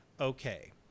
okay